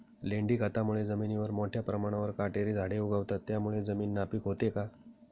लेंडी खतामुळे जमिनीवर मोठ्या प्रमाणावर काटेरी झाडे उगवतात, त्यामुळे जमीन नापीक होते का?